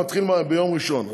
והוא מתחיל ביום ראשון.